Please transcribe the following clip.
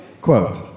Quote